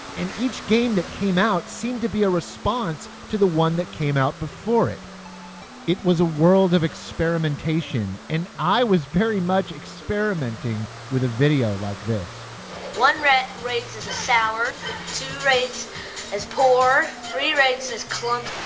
and each game that came out seemed to be a response to the one that came out before it it was a world of experimentation and i was very much experimenting with a video like this one rates rates as a sour two rates as poor three rates as clum